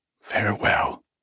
farewell